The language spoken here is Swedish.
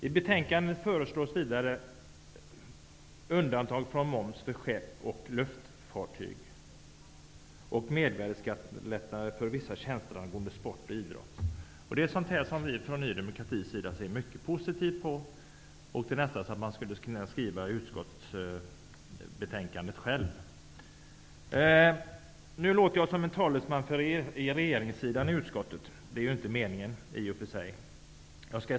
I betänkandet föreslås undantag från moms för skepp och luftfartyg samt mervärdesskattelättnader för vissa tjänster angående sport och idrott. Sådant ser vi i Ny demokrati som något mycket positivt. Ja, det är nästan så, att jag hade kunnat skriva utskottsbetänkandet själv. Nu låter jag som en talesman för regeringssidan i utskottet. Det är i och för sig inte meningen.